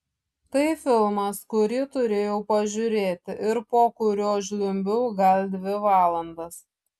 tai filmas kurį turėjau pažiūrėti ir po kurio žliumbiau gal dvi valandas